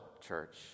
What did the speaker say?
church